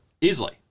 Easily